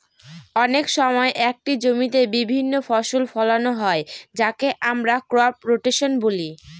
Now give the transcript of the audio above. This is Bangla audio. অনেক সময় একটি জমিতে বিভিন্ন ফসল ফোলানো হয় যাকে আমরা ক্রপ রোটেশন বলি